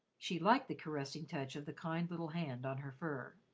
she liked the caressing touch of the kind little hand on her fur.